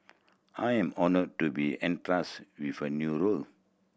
I am honoured to be entrust with a new role